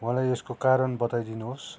मलाई यसको कारण बताइदिनुहोस्